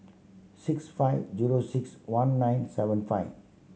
six five zero six one nine seven five